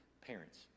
Parents